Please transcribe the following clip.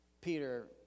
Peter